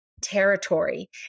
territory